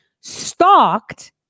stalked